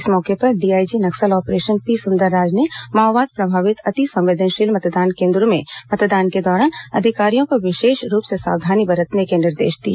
इस मौके पर DIG Naxal operation P Sundarraj ने माओवाद प्रभावित अंतिसंवेदनशील मतदान केंद्रों में मतदान के दौरान अधिकारियों को विशेष रूप से सावधानी बरतने के निर्देश दिए